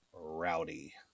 rowdy